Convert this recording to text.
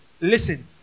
Listen